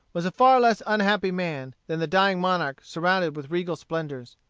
was a far less unhappy man, than the dying monarch surrounded with regal splendors.